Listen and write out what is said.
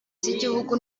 z’igihugu